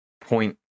point